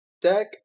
deck